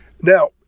Now